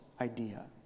idea